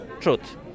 truth